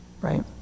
Right